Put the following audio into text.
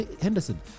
Henderson